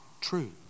true